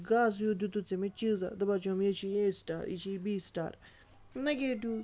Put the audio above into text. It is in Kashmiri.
گاسہِ ہیٚوٗ دیُتُتھ ژےٚ مےٚ چیٖزا دَپان چھُ ہَم یہِ چھُے اَے سِٹار یہِ چھُے بی سِٹار نیٚگیٹِو